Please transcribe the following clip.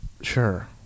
Sure